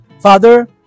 Father